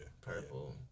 purple